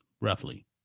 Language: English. roughly